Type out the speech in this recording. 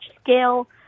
scale